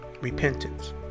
repentance